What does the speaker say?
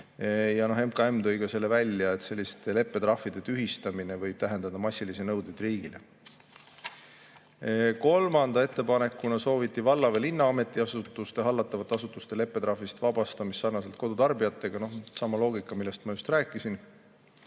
hakka. MKM tõi välja ka selle, et selliste leppetrahvide tühistamine võib tähendada massilisi nõudeid riigile. Kolmanda ettepanekuna sooviti valla või linna ametiasutuste hallatavate asutuste leppetrahvist vabastamist sarnaselt kodutarbijatega. Seal on sama loogika, millest ma just rääkisin. Eesti